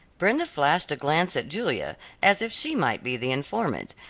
brenda flashed a glance at julia as if she might be the informant,